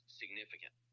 significant